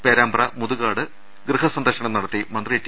പേരാമ്പ്ര മുതുകാട് ഗൃഹസന്ദർശനം നടത്തി മന്ത്രി ടി